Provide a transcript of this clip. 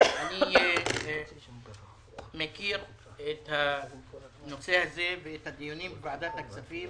אני מכיר את הנושא הזה ואת הדיונים בוועדת הכספים